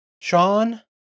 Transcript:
Sean